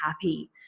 happy